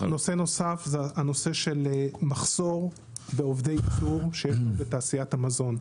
זה הנושא של מחסור בעובדי יצור שיש בתעשיית המזון,